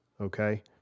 okay